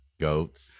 goats